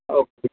okay